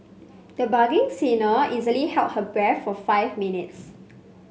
the budding singer easily held her breath for five minutes